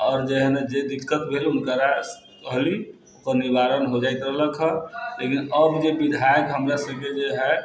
आओर जेहन जे दिक्कत भेल हुनका कहलि ओ निवारण हो जाइत रहलक लेकिन अब जे विधायक हमरा सभके जेहे